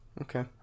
okay